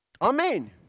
Amen